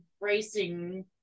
racing